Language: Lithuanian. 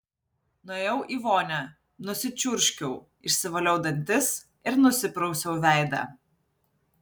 nuėjau į vonią nusičiurškiau išsivaliau dantis ir nusiprausiau veidą